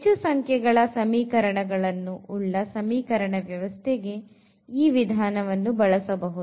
ಹೆಚ್ಚು ಸಂಖ್ಯೆಗಳ ಸಮೀಕರಣಗಳನ್ನು ಉಳ್ಳ ಸಮೀಕರಣ ವ್ಯವಸ್ಥೆಗೆ ಈ ವಿಧಾನವನ್ನು ಬಳಸಬಹುದು